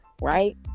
right